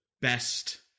best